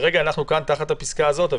כרגע אנחנו כאן תחת הפסקה הזאת.